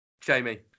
Jamie